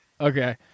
Okay